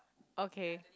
okay